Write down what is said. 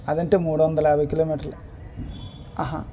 అది అంటే మూడు వందల యాభై కిలో మీటర్లు